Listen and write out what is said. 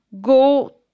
go